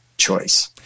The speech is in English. choice